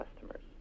customers